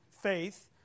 faith